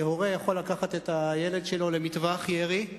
שהורה יכול לקחת את הילד שלו למטווח ירי,